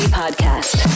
podcast